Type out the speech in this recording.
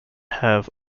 have